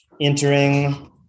entering